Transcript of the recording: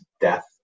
death